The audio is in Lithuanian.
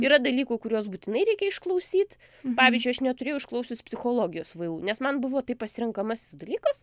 yra dalykų kuriuos būtinai reikia išklausyt pavyzdžiui aš neturėjau išklausius psichologijos vu nes man buvo tai pasirenkamasis dalykas